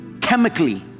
chemically